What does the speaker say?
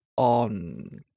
On